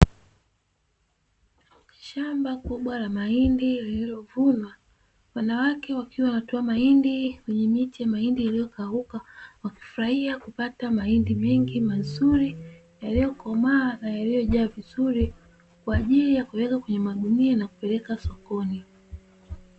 Shamba kubwa la mahindi lililovunwa, wanawake wakiwa wanatoa mahindi kwenye miti ya mahindi iliyokauka, wakifurahia kupata mahindi mengi mazuri yaliyokomaa na yaliyojaa vizuri, kwa ajili ya kuweka kwenye maguni na kupeleka sokoni.